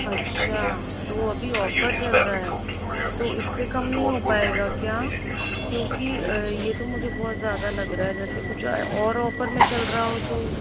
अच्छा तो अभी ऑफर चल रहा है तो इससे कम नहीं हो पाएगा क्या क्योंकि ये तो मुझे बहुत ज़ादा लग रहा है जैसे कुछ और ऑफर में चल रहा हो तो